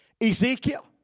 Ezekiel